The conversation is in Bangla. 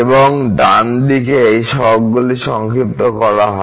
এবং ডান দিকে এই সহগগুলি সংক্ষিপ্ত করা হয়